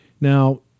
Now